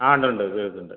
ആ ഉണ്ടുണ്ട് കേൾക്കുന്നുണ്ട്